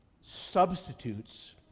substitutes